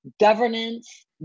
governance